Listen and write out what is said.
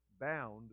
bound